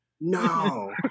no